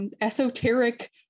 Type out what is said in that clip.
Esoteric